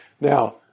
Now